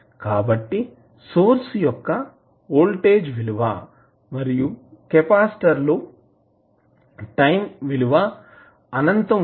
కాబట్టి సోర్స్ యొక్క వోల్టేజ్ విలువ మరియు కెపాసిటర్ లో టైం అనంతం ఉన్నప్పుడు వోల్టేజ్ విలువ సమానం